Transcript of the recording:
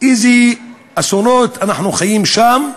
איזה אסונות אנחנו חווים שם.